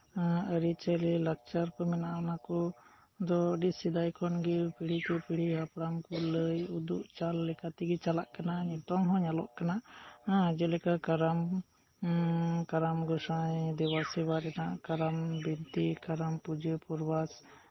ᱟᱹᱨᱤᱪᱟᱹᱞᱤ ᱞᱟᱠᱪᱟᱨ ᱠᱚ ᱢᱮᱱᱟᱜᱼᱟ ᱚᱱᱟ ᱠᱚ ᱟᱹᱰᱤ ᱥᱮᱫᱟᱭ ᱠᱷᱚᱱ ᱜᱮ ᱯᱤᱲᱦᱤ ᱠᱮ ᱯᱤᱲᱦᱤ ᱦᱟᱯᱲᱟᱢ ᱠᱚ ᱞᱟᱹᱭ ᱩᱫᱩᱜ ᱪᱟᱞ ᱞᱮᱠᱟᱛᱮᱜᱮ ᱪᱟᱞᱟᱜ ᱠᱟᱱᱟ ᱱᱤᱛᱚᱝ ᱦᱚᱸ ᱧᱮᱞᱚᱜ ᱠᱟᱱᱟ ᱡᱮᱞᱮᱠᱟ ᱧᱮᱞᱚᱜ ᱠᱟᱱᱟ ᱠᱟᱨᱟᱢ ᱜᱚᱸᱥᱟᱭ ᱫᱮᱵᱟ ᱥᱮᱵᱟ ᱨᱮᱱᱟᱜ ᱠᱟᱨᱟᱢ ᱵᱤᱱᱛᱤ ᱠᱟᱨᱟᱢ ᱯᱩᱡᱟᱹ ᱯᱚᱨᱵᱷᱟᱥ